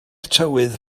tywydd